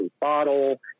bottle